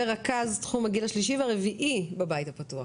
ורכז תחום הגיל השלישי והרביעי בבית הפתוח.